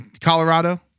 Colorado